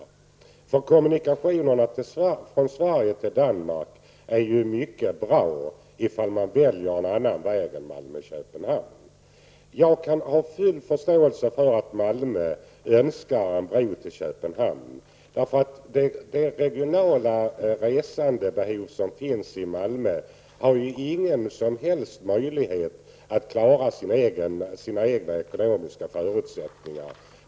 Dessa kommunikationer är väl mycket bra, om man väljer en annan väg än Malmö-- Köpenhamn. Jag kan ha full förståelse för att Malmö önskar en bro till Köpenhamn. Det regionala resebehov som finns i Malmö har ju ingen som helst möjlighet att klara sina ekonomiska förutsättningar.